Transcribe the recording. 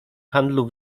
handlu